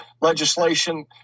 legislation